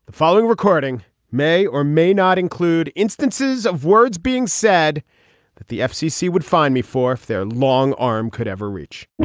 following recording may or may not include instances of words being said that the fcc would find me for if their long arm could ever reach